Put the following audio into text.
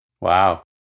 Wow